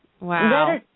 Wow